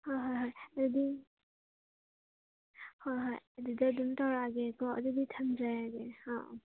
ꯍꯣꯏ ꯍꯣꯏ ꯍꯣꯏ ꯑꯗꯨꯗꯤ ꯍꯣꯏ ꯍꯣꯏ ꯑꯗꯨꯗꯤ ꯑꯗꯨꯝ ꯇꯧꯔꯛꯑꯒꯦꯀꯣ ꯑꯗꯨꯗꯤ ꯊꯝꯖꯔꯒꯦ ꯑꯥꯎ ꯑꯥꯎ